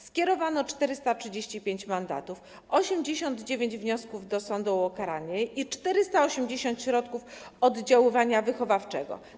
Skierowano 435 mandatów, 89 wniosków do sądu o ukaranie i 480 środków oddziaływania wychowawczego.